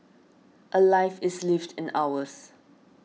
a life is lived in hours